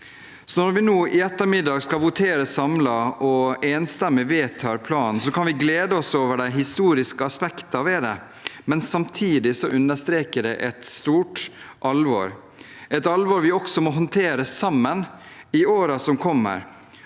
Når vi nå i ettermiddag skal votere samlet og enstemmig vedtar planen, kan vi glede oss over de historiske aspektene ved det, men samtidig understreker det et stort alvor, et alvor vi også må håndtere sammen i årene som kommer.